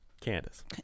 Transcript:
Candace